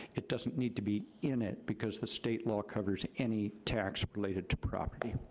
it doesn't need to be in it because the state law covers any tax related to property.